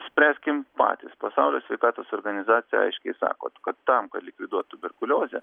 spręskim patys pasaulio sveikatos organizacija aiškiai sako kad tam kad likviduot tuberkuliozę